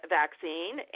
vaccine